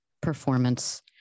performance